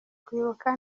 kwibuka